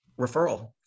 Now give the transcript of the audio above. referral